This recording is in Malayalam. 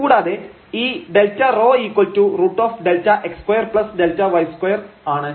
കൂടാതെ ഈ Δρ √Δx2Δy2 ആണ്